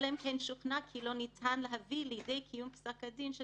אלא אם כן שוכנע כי לא ניתן להביא לידי קיום פסק דין של